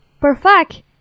Perfect